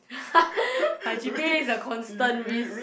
my g_p_a is a constant risk